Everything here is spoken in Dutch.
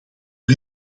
hoe